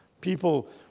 People